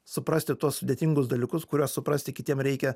suprasti tuos sudėtingus dalykus kuriuos suprasti kitiem reikia